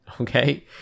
okay